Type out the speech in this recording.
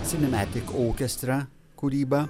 sinemetik okestra kūryba